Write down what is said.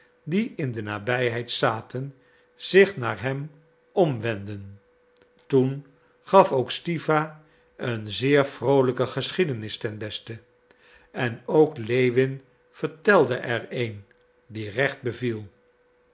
die in de nabijheid zaten zich naar hem omwendden toen gaf ook stiwa een zeer vroolijke geschiedenis ten beste en ook lewin vertelde er een die recht beviel